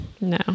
No